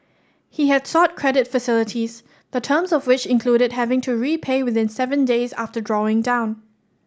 he had sought credit facilities the terms of which included having to repay within seven days of drawing down